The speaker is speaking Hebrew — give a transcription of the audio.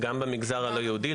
גם במגזר הלא יהודי,